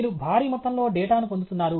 మీరు భారీ మొత్తంలో డేటాను పొందుతున్నారు